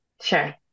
Sure